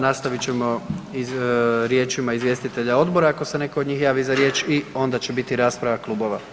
Nastavit ćemo riječima izvjestitelja odbora ako se netko od njih javi za riječ i onda će biti rasprava klubova.